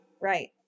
Right